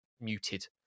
muted